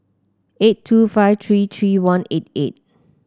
eight two five three three one eight eight